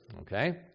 okay